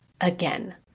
again